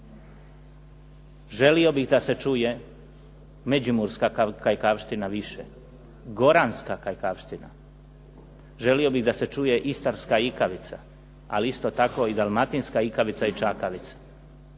Želio bih da se čuje međimurska kajkavština više, goranska kajkavština. Želio bih da se čuje istarska ikavica, ali isto tako i dalmatinska ikavica i čakavica.